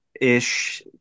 ish